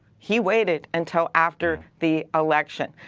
he waited until after the election.